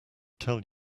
tell